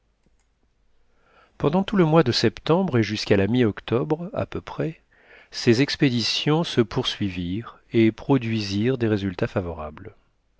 pendant tout le mois de septembre et jusqu'à la mi octobre à peu près ces expéditions se poursuivirent et produisirent des résultats favorables